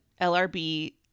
LRB